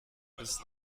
bis